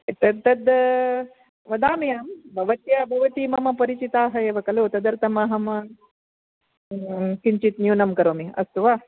तद् वदामि अहं भवत्या भवति मम परिचिताः एव खलु तदर्थम् अहं किञ्चित् न्यूनं करोमि अस्तु वा